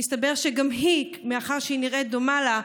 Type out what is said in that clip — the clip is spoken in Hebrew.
ומסתבר שגם היא, מאחר שהיא דומה לה,